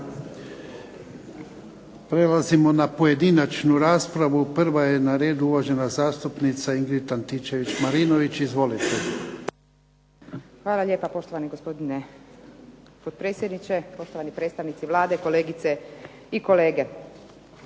Prelazimo na pojedinačnu raspravu. Prva je na redu uvažena zastupnica Ingrid Antičević Marinović. Izvolite. **Antičević Marinović, Ingrid (SDP)** Hvala lijepa poštovani gospodine potpredsjedniče, poštovani predstavnici Vlade, kolegice i kolege.